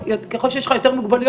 ככל שיש לך יותר מוגבלויות,